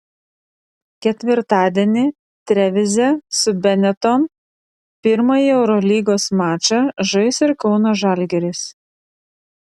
ketvirtadienį trevize su benetton pirmąjį eurolygos mačą žais ir kauno žalgiris